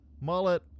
mullet